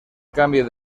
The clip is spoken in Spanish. cambio